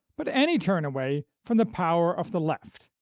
but any turn away from the power of the left.